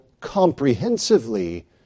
comprehensively